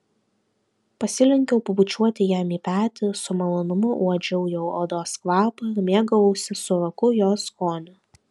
pasilenkiau pabučiuoti jam į petį su malonumu uodžiau jo odos kvapą ir mėgavausi sūroku jos skoniu